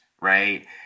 right